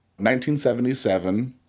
1977